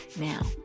Now